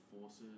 forces